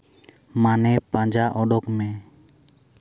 ᱢᱟᱱᱮ ᱯᱟᱸᱡᱟ ᱚᱰᱳᱠ ᱢᱮ